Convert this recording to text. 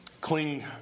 cling